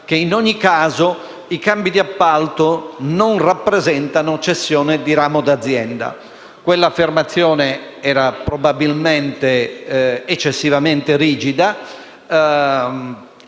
che in ogni caso i cambi di appalto non rappresentano cessione di ramo d'azienda. Quella affermazione era probabilmente eccessivamente rigida